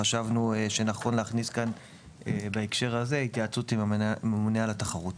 חשבנו שנכון להכניס כאן בהקשר הזה התייעצות עם הממונה על התחרות.